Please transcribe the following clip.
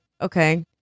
okay